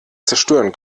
zerstören